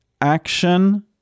action